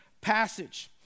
passage